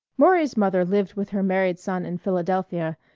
maury's mother lived with her married son in philadelphia,